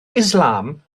islam